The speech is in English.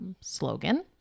slogan